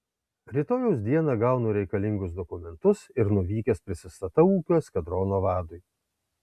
rytojaus dieną gaunu reikalingus dokumentus ir nuvykęs prisistatau ūkio eskadrono vadui